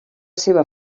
seva